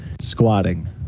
squatting